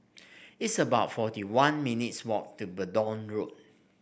it's about forty one minutes' walk to Verdun Road